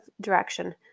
direction